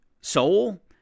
Soul